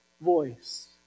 voice